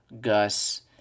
Gus